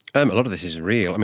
um a lot of this is real.